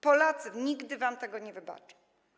Polacy nigdy wam tego nie wybaczą.